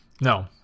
No